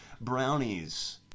Brownies